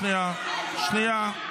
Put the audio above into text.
שנייה, שנייה, שנייה.